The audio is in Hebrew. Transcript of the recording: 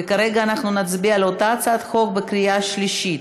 וכרגע נצביע על אותה הצעת חוק בקריאה שלישית.